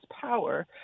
power